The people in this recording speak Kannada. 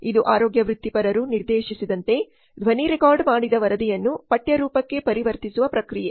ಇದು ಆರೋಗ್ಯ ವೃತ್ತಿಪರರು ನಿರ್ದೇಶಿಸಿದಂತೆ ಧ್ವನಿ ರೆಕಾರ್ಡ್ ಮಾಡಿದ ವರದಿಯನ್ನು ಪಠ್ಯ ರೂಪಕ್ಕೆ ಪರಿವರ್ತಿಸುವ ಪ್ರಕ್ರಿಯೆ